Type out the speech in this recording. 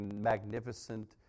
magnificent